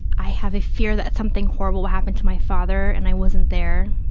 i have a fear that something horrible will happen to my father and i wasn't there,